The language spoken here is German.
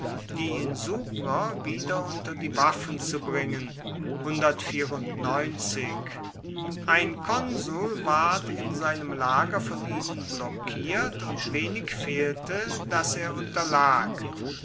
die insubrer wieder unter die waffen zu bringen ein konsul ward in seinem lager von ihnen blockiert und wenig fehlte dass er unterlag